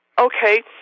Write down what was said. Okay